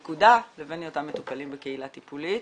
נקודה, לבין היותם מטופלים בקהילה טיפולית.